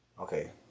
Okay